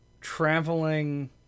traveling